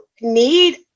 need